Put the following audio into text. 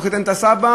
הוא חיתן את הסבא,